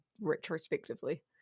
retrospectively